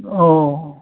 औ